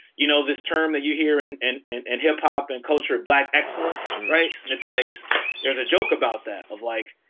you know, this term that you hear and and and hip hop and culture, black excellence. right. and it's like there's a joke about that of like,